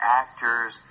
actors